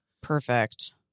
Perfect